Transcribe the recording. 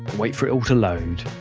wait for it all to load.